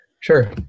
Sure